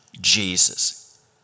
Jesus